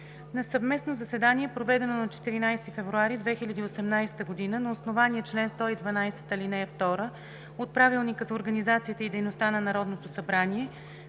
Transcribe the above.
На съвместно заседание, проведено на 14 февруари 2018 г. на основание чл. 112, ал. 2 от Правилника за организацията и дейността на Народното събрание,